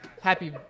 Happy